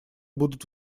будут